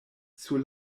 sur